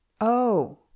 Oh